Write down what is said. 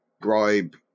bribe